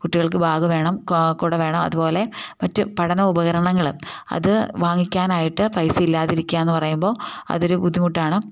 കുട്ടികൾക്ക് ബാഗ് വേണം കുട വേണം അതുപോലെ മറ്റ് പഠന ഉപകരണങ്ങൾ അത് വാങ്ങിക്കാനായിട്ട് പൈസ ഇല്ലാതിരിക്കുക എന്നു പറയുമ്പോൾ അതൊരു ബുദ്ധിമുട്ടാണ്